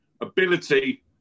ability